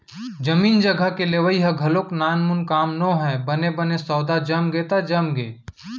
जमीन जघा के लेवई ह घलोक नानमून काम नोहय बने बने सौदा जमगे त जमगे